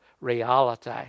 reality